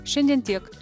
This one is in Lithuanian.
šiandien tiek